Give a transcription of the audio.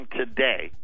today